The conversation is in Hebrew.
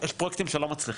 יש פרויקטים שלא מצליחים,